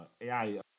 AI